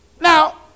Now